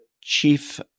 chief